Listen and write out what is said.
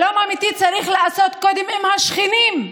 שלום אמיתי צריך לעשות קודם עם השכנים.